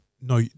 No